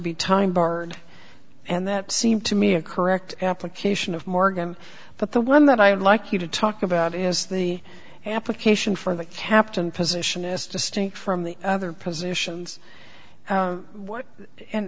be time barred and that seemed to me a correct application of morgan but the one that i'd like you to talk about is the application for the captain position as distinct from the other positions what and